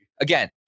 again